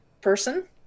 person